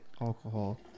alcohol